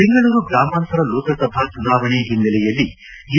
ಬೆಂಗಳೂರು ಗ್ರಾಮಾಂತರ ಲೋಕಸಭಾ ಚುನಾವಣೆ ಹಿನ್ನೆಲೆಯಲ್ಲಿ ಏ